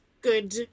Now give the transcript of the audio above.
good